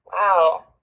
Wow